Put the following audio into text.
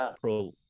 pro